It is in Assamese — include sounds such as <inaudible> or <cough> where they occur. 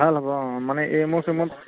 ভাল হ'ব অঁ মানে <unintelligible>